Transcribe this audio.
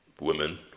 women